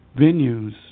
venues